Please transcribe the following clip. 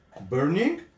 burning